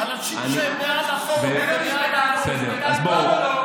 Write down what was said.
אנשים שהם מעל החוק ומעל, בסדר, אז בואו.